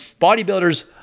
Bodybuilders